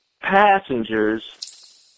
passengers